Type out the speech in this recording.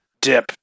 dip